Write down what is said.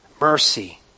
Mercy